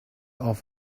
off